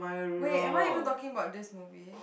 wait am I even talking about this movie